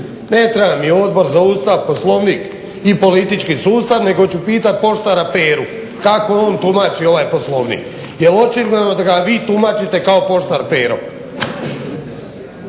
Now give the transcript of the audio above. ne treba mi Odbor za Ustav, Poslovnik i politički sustav, nego ću pitati poštara Peru kako on tumači ovaj Poslovnik. Jer očigledno da ga vi tumačite kao poštar Pero.